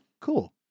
Cool